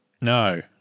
No